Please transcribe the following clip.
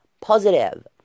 positive